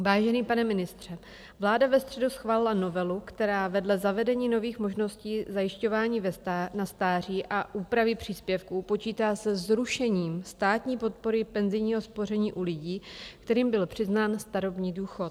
Vážený pane ministře, vláda ve středu schválila novelu, která vedle zavedení nových možností zajišťování na stáří a úpravy příspěvků počítá se zrušením státní podpory penzijního spoření u lidí, kterým byl přiznán starobní důchod.